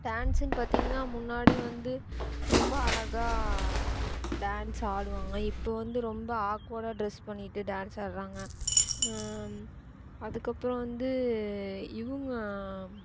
டான்ஸுன்னு பார்த்தீங்கன்னா முன்னாடி வந்து ரொம்ப அழகா டான்ஸ் ஆடுவாங்க இப்போ வந்து ரொம்ப ஆக்வேர்டாக ட்ரெஸ் பண்ணிட்டு டான்ஸ் ஆடுறாங்க அதுக்கப்புறம் வந்து இவங்க